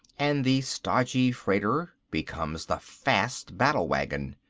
and the stodgy freighter becomes the fast battlewagon.